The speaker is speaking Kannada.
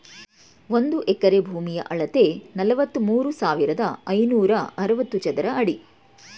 ಒಂದು ಎಕರೆ ಭೂಮಿಯ ಅಳತೆ ನಲವತ್ಮೂರು ಸಾವಿರದ ಐನೂರ ಅರವತ್ತು ಚದರ ಅಡಿ